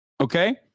Okay